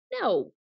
No